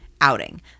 outing